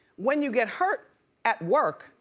when you get hurt at work,